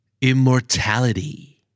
Immortality